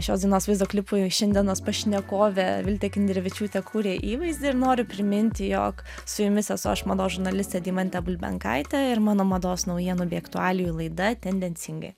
šios dienos vaizdo klipui jo šiandienos pašnekovė viltė kinderevičiūtė kuria įvaizdį ir noriu priminti jog su jumis esu aš mados žurnalistė deimantė bulbenkaitė ir mano mados naujienų bei aktualijų laida tendencingai